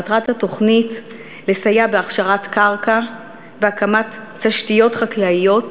מטרת התוכנית: לסייע בהכשרת קרקע ובהקמת תשתיות חקלאיות